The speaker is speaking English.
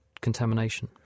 contamination